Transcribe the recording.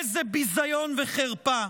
איזה ביזיון וחרפה.